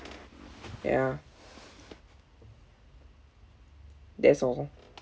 ya that's all